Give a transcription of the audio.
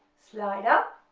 slide up,